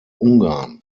ungarn